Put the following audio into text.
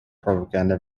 propaganda